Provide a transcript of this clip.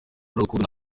urukundo